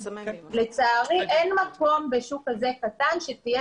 לצערי אין מקום בשוק כזה קטן שתהיה